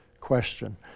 question